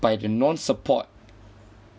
by the non-support